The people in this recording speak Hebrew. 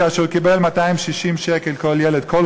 כאשר כל ילד קיבל 260 שקל כל חודש.